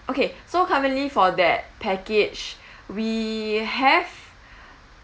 okay so currently for that package we have